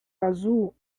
azul